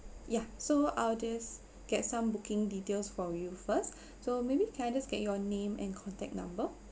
yeah so I will just get some booking details for you first so maybe can I just get your name and contact number